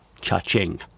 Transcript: cha-ching